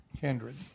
Kindred